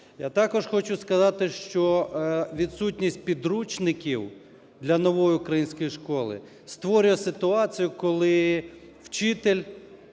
Я також хочу сказати, що відсутність підручників для "Нової української школи" створює ситуація, коли вчитель